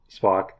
Spock